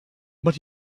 but